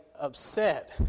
upset